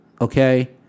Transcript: Okay